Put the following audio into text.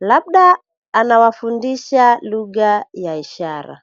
labda anawafundisha lugha ya ishara.